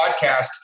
podcast